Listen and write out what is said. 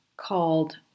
called